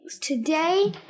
Today